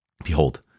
Behold